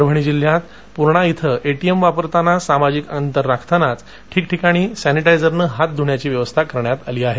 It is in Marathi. परभणी जिल्ह्यात पूर्णा इथं एटीएम वापरतांना सामाजिक अंतर राखतानाच ठिकठिकाणी सॅनिटायझरने हात धुण्याची व्यवस्था करण्यात आली आहे